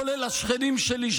כולל השכנים שלי,